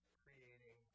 creating